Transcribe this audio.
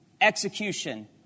execution